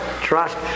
trust